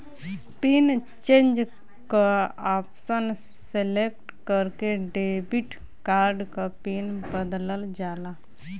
pin change क option select करके debit card क पिन बदलल जाला